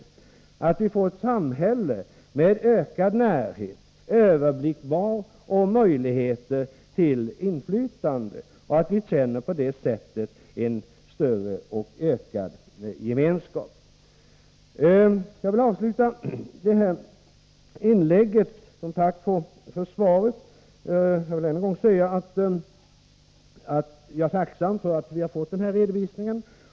Vi måste få ett samhälle med större närhet, överblickbarhet och mer inflytande, så att vi därigenom kan känna större gemenskap. Jag vill avsluta det här inlägget med att säga att jag är tacksam för att vi har fått den här redovisningen.